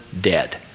dead